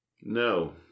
No